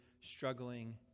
struggling